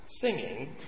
singing